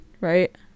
right